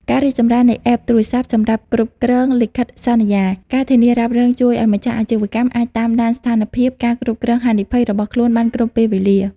ការរីកចម្រើននៃ App ទូរស័ព្ទសម្រាប់គ្រប់គ្រងលិខិតសន្យា ការធានារ៉ាប់រង ជួយឱ្យម្ចាស់អាជីវកម្មអាចតាមដានស្ថានភាព ការគ្រប់គ្រងហានិភ័យ របស់ខ្លួនបានគ្រប់ពេលវេលា។